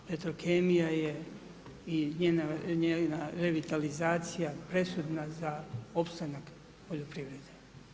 Petrokemija je i njena revitalizacija presudna za opstanak poljoprivrede.